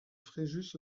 fréjus